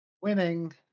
Winning